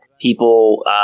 people